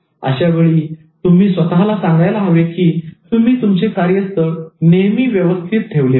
अशावेळी तुम्ही स्वतःला सांगायला हवे की तुम्ही तुमचे कार्यस्थळ नेहमी व्यवस्थित ठेवले पाहिजे